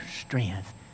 strength